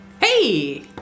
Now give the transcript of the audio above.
Hey